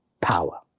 power